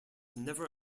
never